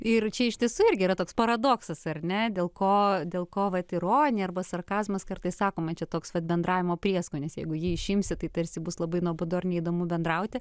ir čia iš tiesų irgi yra toks paradoksas ar ne dėl ko dėl ko vat ironija arba sarkazmas kartais sakoma čia toks vat bendravimo prieskonis jeigu jį išimsi tai tarsi bus labai nuobodu ar neįdomu bendrauti